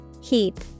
Heap